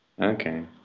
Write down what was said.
Okay